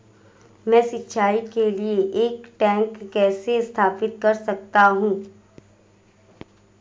मैं सिंचाई के लिए एक टैंक कैसे स्थापित कर सकता हूँ?